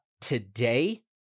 today